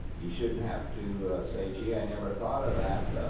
he shouldn't have to say, gee, i never thought of that.